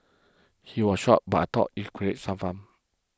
he was shocked but I thought if create some fun